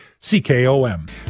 CKOM